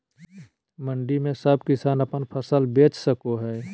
मंडी में सब किसान अपन फसल बेच सको है?